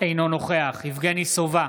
אינו נוכח יבגני סובה,